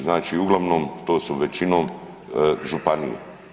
Znači uglavnom, to su većinom županije.